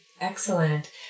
Excellent